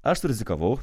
aš surizikavau